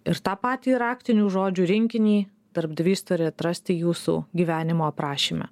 ir tą patį raktinių žodžių rinkinį darbdavys turi atrasti jūsų gyvenimo aprašyme